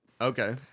Okay